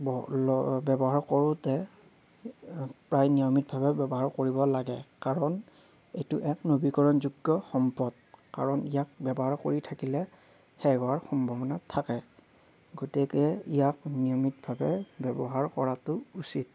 ব্যৱহাৰ কৰোঁতে প্ৰায় নিয়মিতভাৱে ব্যৱহাৰ কৰিব লাগে কাৰণ এইটো এক নবীকৰণযোগ্য সম্পদ কাৰণ ইয়াক ব্যৱহাৰ কৰি থাকিলে শেষ হোৱাৰ সম্ভাৱনাত থাকে গতিকে ইয়াক নিয়মিতভাৱে ব্যৱহাৰ কৰাটো উচিত